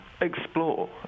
explore